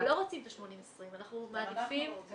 אז אנחנו לא רוצים את ה-80/20, אנחנו מעדיפים את